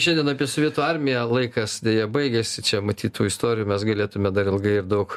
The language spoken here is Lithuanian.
šiandien apie sovietų armiją laikas deja baigiasi čia matyt tų istorijų mes galėtume dar ilgai ir daug